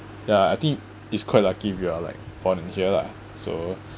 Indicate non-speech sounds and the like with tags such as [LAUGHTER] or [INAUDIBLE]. ya I think it's quite lucky if we are like born in here lah so [BREATH]